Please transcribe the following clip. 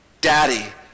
Daddy